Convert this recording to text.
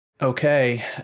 Okay